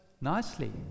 nicely